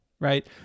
Right